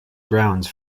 grounds